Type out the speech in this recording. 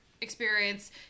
experience